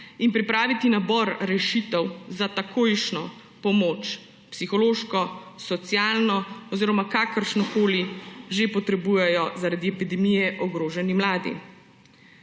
in pripraviti nabor rešitev za takojšnjo pomoč, psihološko, socialno oziroma kakršnokoli že potrebujejo zaradi epidemije ogroženi mladi.